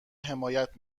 حمایت